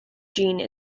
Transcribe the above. gene